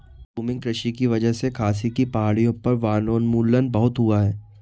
झूमिंग कृषि की वजह से खासी की पहाड़ियों पर वनोन्मूलन बहुत हुआ है